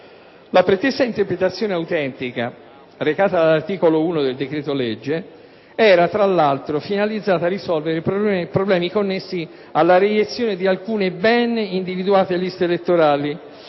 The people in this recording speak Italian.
La pretesa interpretazione autentica recata dall'articolo 1 del decreto-legge n. 29 era peraltro finalizzata a risolvere problematiche connesse alla reiezione di alcune ben individuate liste elettorali